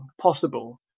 possible